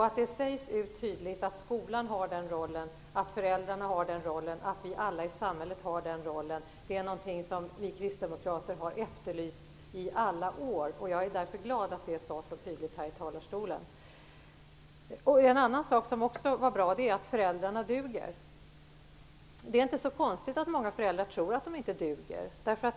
Att det sägs tydligt att skolan har den rollen, att föräldrarna har den rollen och att vi alla i samhället har den rollen, är något som vi kristdemokrater i alla år har efterlyst. Jag är därför glad för att detta sades så tydligt här i talarstolen. En annan sak som också var bra är detta med att föräldrarna duger. Det är inte så konstigt att många föräldrar inte tror att de duger.